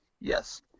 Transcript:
Yes